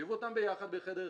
להושיב אותם ביחד בחדר אחד,